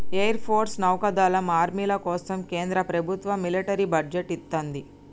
air force, నౌకాదళం, ఆర్మీల కోసం కేంద్ర ప్రభత్వం మిలిటరీ బడ్జెట్ ఇత్తంది